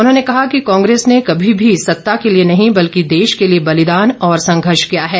उन्होंने कहा कि कांग्रेस ने कभी भी सत्ता के लिए नहीं बल्कि देश के लिए बलिदान और संघर्ष किया है